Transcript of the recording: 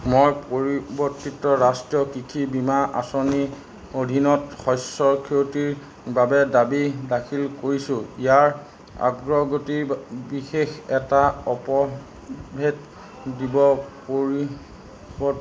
মই পৰিৱৰ্তিত ৰাষ্ট্ৰীয় কৃষি বীমা আঁচনিৰ অধীনত শস্য ক্ষতিৰ বাবে দাবী দাখিল কৰিছো ইয়াৰ আগ্ৰগতিৰ ব বিশেষ এটা অপভেট দিব পৰি ব